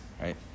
right